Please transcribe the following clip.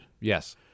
Yes